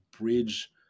bridge